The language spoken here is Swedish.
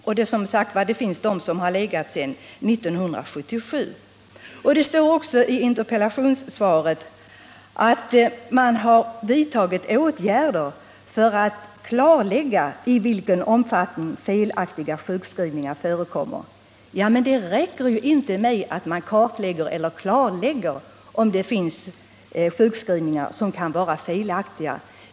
Det finns som sagt ärenden som legat där sedan 1977. Det står också i interpellationssvaret att ”åtgärder har vidtagits för att klarlägga i vilken omfattning felaktiga sjukskrivningar förekommer”. Men det räcker ju inte med att klarlägga om det finns sjukskrivningar som kan vara felaktiga.